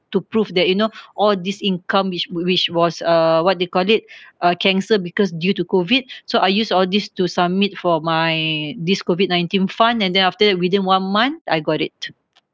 to prove that you know all these income which which was uh what they call it uh cancelled because due to COVID so I use all these to submit for my this COVID nineteen fund and then after that within one month I got it